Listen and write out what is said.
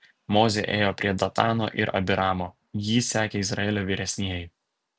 mozė ėjo prie datano ir abiramo jį sekė izraelio vyresnieji